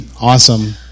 awesome